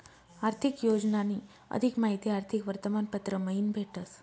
आर्थिक योजनानी अधिक माहिती आर्थिक वर्तमानपत्र मयीन भेटस